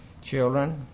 Children